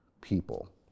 people